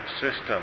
system